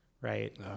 right